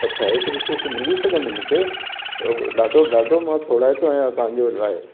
अच्छा एतिरी छूट मिली सघंदी मूंखे त ॾाढो ॾाढो मां थोरा ई थो आहियां तव्हांजे लाइ